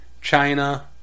China